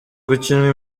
gukinwa